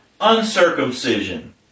uncircumcision